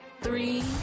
Three